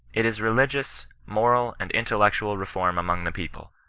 it is religious, moral, and intellectual reform among the people,